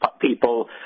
people